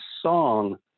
song